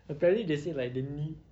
apparently they said like they need